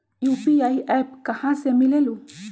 UPI app कहा से मिलेलु?